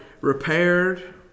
repaired